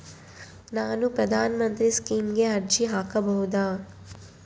ನಾನು ಪ್ರಧಾನ ಮಂತ್ರಿ ಸ್ಕೇಮಿಗೆ ಅರ್ಜಿ ಹಾಕಬಹುದಾ?